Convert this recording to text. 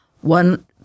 one